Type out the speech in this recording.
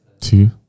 Two